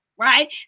right